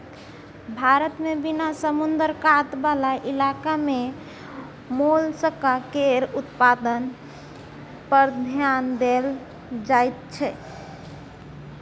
भारत मे बिना समुद्र कात बला इलाका मे मोलस्का केर उत्पादन पर धेआन देल जाइत छै